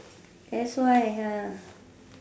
that's why